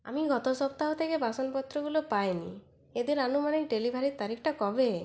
আমি গতসপ্তাহ থেকে বাসনপত্রগুলো পাইনি এদের আনুমানিক ডেলিভারির তারিখটা কবে